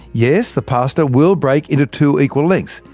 yes, the pasta will break into two equal lengths.